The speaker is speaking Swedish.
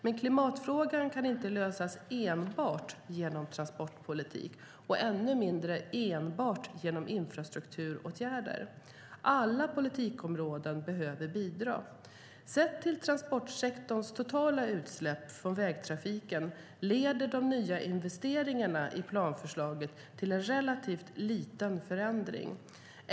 Men klimatfrågan kan inte lösas enbart genom transportpolitik och ännu mindre enbart genom infrastrukturåtgärder. Alla politikområden behöver bidra. Sett till transportsektorns totala utsläpp från vägtrafiken leder de nya investeringarna i planförslaget till en relativt liten förändring.